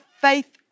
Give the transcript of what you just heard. faith